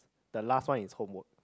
the last one is homework